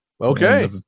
okay